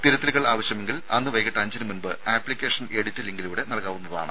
തിരുത്തലുകൾ ആവശ്യമെങ്കിൽ അന്നു വൈകിട്ട് അഞ്ചിന് മുമ്പ് ആപ്പിക്കേഷൻ എഡിറ്റ് ലിങ്കിലൂടെ നൽകാവുന്നതാണ്